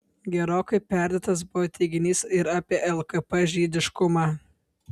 gerokai perdėtas buvo teiginys ir apie lkp žydiškumą